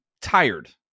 tired